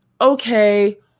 okay